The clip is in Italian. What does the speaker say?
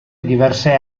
diverse